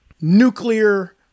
nuclear